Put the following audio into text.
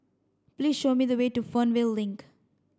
please show me the way to Fernvale Link